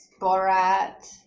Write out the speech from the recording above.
borat